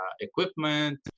equipment